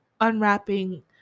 unwrapping